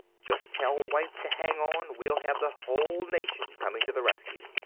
just tell white to hang on! we'll have the whole nation coming to the rescue!